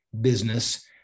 business